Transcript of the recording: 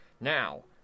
now